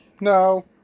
No